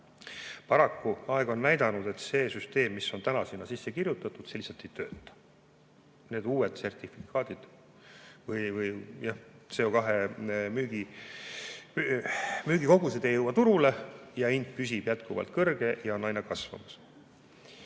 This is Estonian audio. Paraku aeg on näidanud, et see süsteem, see, mis on täna sinna sisse kirjutatud, lihtsalt ei tööta. Need uued sertifikaadid või CO2müügi kogused ei jõua turule ja hind püsib jätkuvalt kõrge ja on aina kasvamas. Nüüd,